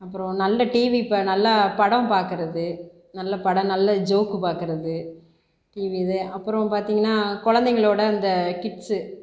அப்புறம் நல்ல டிவி நல்ல படம் பார்க்குறது நல்ல படம் நல்ல ஜோக் பார்க்குறது டிவில அப்புறம் பார்த்தீங்கன்னா குழந்தைங்களோட அந்த கிட்ஸ்